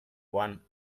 one